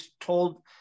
told